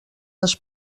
les